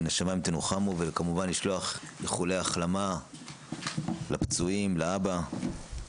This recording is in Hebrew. מן השמיים תנוחמו וכמובן לשלוח איחולי החלמה לפצועים ולאבא.